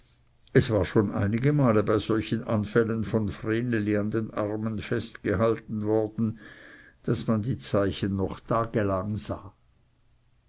es war schon einige male bei solchen anfällen von vreneli an den armen festgehalten worden daß man die zeichen noch tagelang sah